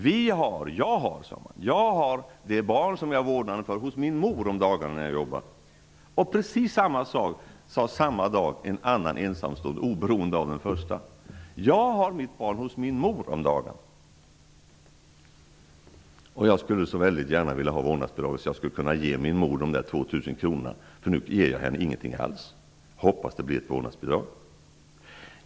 Den ena sade: Jag har det barn som jag har vårdnaden om hos min mor om dagarna när jag jobbar. Precis samma sak sade samma dag en annan ensamstående mor, oberoende av den första: Jag har mitt barn hos min mor om dagarna, och jag skulle så väldigt gärna vilja ha vårdnadsbidraget, så att jag skulle kunna ge min mor de 2 000 kronorna, för nu ger jag henne ingenting alls. Hoppas att det blir ett vårdnadsbidrag!